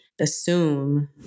assume